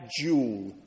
Jewel